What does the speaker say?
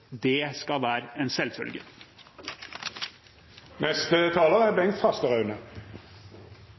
det skal være en